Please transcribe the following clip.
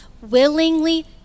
willingly